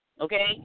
Okay